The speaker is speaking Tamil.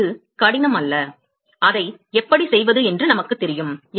அது கடினம் அல்ல அதை எப்படி செய்வது என்று நமக்குத் தெரியும்